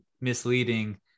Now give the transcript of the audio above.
misleading